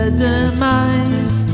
demise